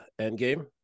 Endgame